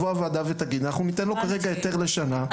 הוועדה ותגיד: "אנחנו ניתן לו כרגע היתר לשנה,